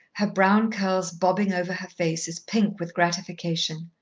her brown curls bobbing over her face, is pink with gratification.